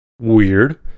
weird